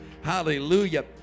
Hallelujah